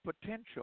potential